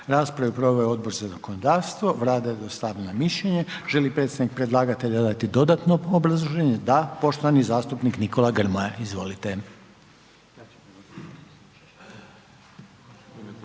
Raspravu je proveo Odbor za zakonodavstvo. Vlada je dostavila mišljenje. Želi li predstavnik predlagatelja dati dodatno obrazloženje? Da, poštovani zastupnik Nikola Grmoja, izvolite.